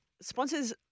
sponsors